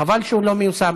חבל שהוא לא מיושם.